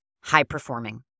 high-performing